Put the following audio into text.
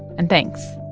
and thanks